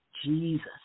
Jesus